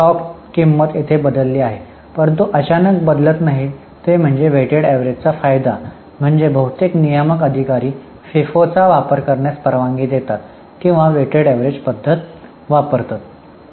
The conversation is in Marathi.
स्टॉक किंमत येथे बदलली आहे परंतु अचानक बदलत नाही तो म्हणजे वेटेड अवरेजचा फायदा म्हणजे बहुतेक नियामक अधिकारी फिफोचा वापर करण्यास परवानगी देतात किंवा वेटेड अवरेज पद्धत वापरतात